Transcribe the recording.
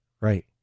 Right